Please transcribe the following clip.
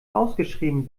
ausgeschrieben